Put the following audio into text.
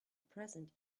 present